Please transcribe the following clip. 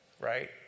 right